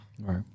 Right